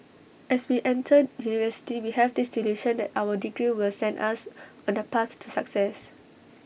as we enter university we have this delusion that our degree will send us on A path to success